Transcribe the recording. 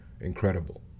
incredible